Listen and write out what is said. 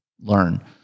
learn